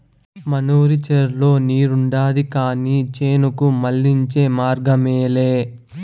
మనూరి చెర్లో నీరుండాది కానీ చేనుకు మళ్ళించే మార్గమేలే